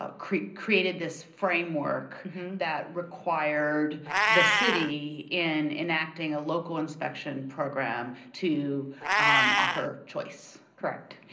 ah created created this framework that required the city in enacting a local inspection program to offer choice. correct.